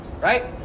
right